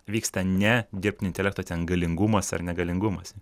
vyksta ne dirbtinio intelekto ten galingumas ar ne galingumas